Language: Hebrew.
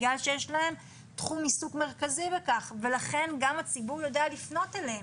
בגלל שזה תחום עיסוק מרכזי שלהם ולכן גם הציבור יודע לפנות אליהם.